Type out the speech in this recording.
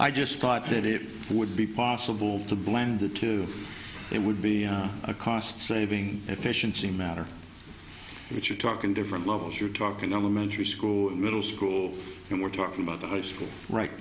i just thought that it would be possible to blend the two it would be a cost saving efficiency matter if you're talking different levels you're talking of the menger school middle school and we're talking about a high school right